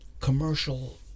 Commercial